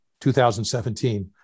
2017